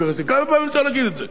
כמה פעמים צריך להגיד את זה?